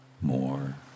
more